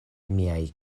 miaj